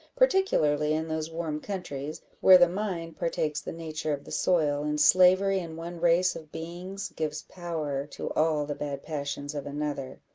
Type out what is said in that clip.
particularly in those warm countries, where the mind partakes the nature of the soil, and slavery in one race of beings gives power to all the bad passions of another.